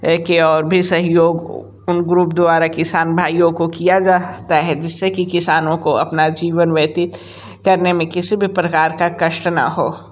के और भी सहयोग उन ग्रुप द्वारा किसान भाइयों को किया जाता है जिससे कि किसानों को अपना जीवन व्यतीत करने में किसी भी प्रकार का कष्ट ना हो